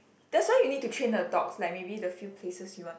that's why you need to train the dogs like maybe the few places you want